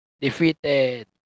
defeated